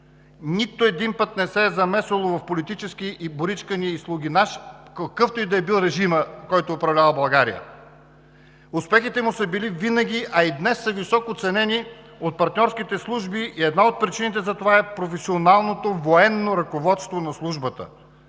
Нито един път не се е замесило в политически боричкания и слугинаж какъвто и да е бил режимът, управлявал България. Успехите му са били винаги, а и днес са високо ценени от партньорските служби и една от причините за това е професионалното военно ръководство на тази служба.